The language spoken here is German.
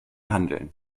handeln